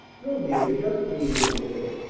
no, dear, he doesn't need any dinner.